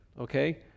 okay